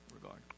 regard